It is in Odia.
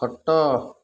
ଖଟ